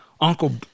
Uncle